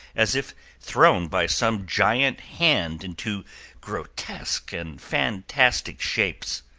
as if thrown by some giant hand into grotesque and fantastic shapes.